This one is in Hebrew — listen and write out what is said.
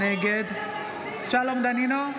נגד שלום דנינו,